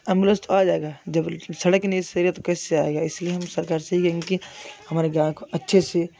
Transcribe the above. ambulance तो आ जाएगा जब सड़क ही सही नहीं रहेगा तो कैसे आएगा इसलिए हम सरकार से यही कहेंगे कि हमारे गाँव अच्छे से